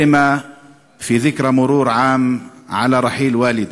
(אומר דברים בשפה הערבית,